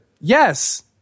Yes